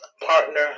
partner